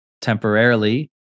temporarily